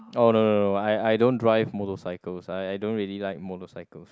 oh no no no I I don't drive motorcycles I I don't really like motorcycles